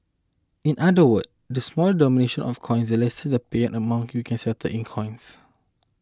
in other words the smaller the denomination of coins the lesser the payment amount you can settle in coins